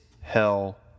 hell